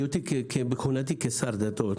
בכהונתי כשר דתות,